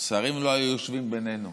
השרים לא היו יושבים בינינו,